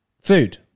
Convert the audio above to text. food